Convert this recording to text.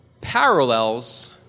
parallels